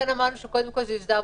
אמרנו שזה קודם כל יוסדר בבריאות.